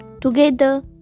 Together